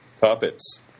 puppets